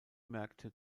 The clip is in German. märkte